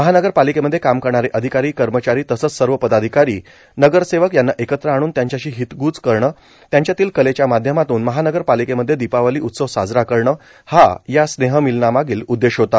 महानगरपालिकेमध्ये काम करणारे अधिकारी कर्मचारी तसेच सर्व पदाधिकारी नगरसेवक यांना एकत्र आणून त्यांच्याशी हितग्रज करणे त्यांच्यातील कलेच्या माध्यमातून महानगरपालिकेमध्ये दीपावली उत्सव साजरा करणे हा या स्नेहमिलनामागील उद्देश होता